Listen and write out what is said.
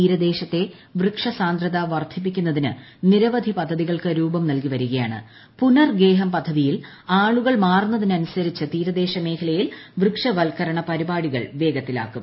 തീരദേശത്തെ വൃക്ഷസാന്ദ്രത വർധിപ്പിക്കുന്നതിന് ൂക്ടീർപ്പ്ധി പദ്ധതികൾക്ക് രൂപം നൽകിവരികയാണ് പുനർഗ്ഗേഷ്ട്ട് പദ്ധതിയിൽ ആളുകൾ മാറുന്നതനുസരിച്ച് തീരദ്ദേശ്രമേഖലയിൽ വൃക്ഷവൽക്കരണ പരിപാടികൾ വേഗത്തിലാക്കും